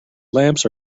lamps